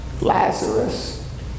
Lazarus